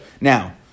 Now